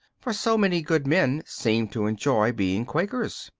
for so many good men seem to enjoy being quakers.